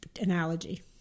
analogy